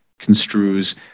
construes